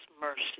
mercy